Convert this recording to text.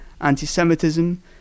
anti-Semitism